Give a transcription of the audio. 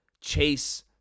chase